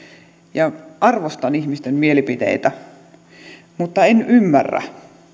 ja arvostan ihmisten mielipiteitä mutta en ymmärrä